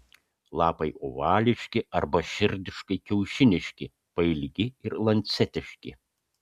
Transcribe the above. lapai ovališki arba širdiškai kiaušiniški pailgi ir lancetiški